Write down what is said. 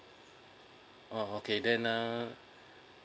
oh okay then uh